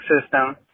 system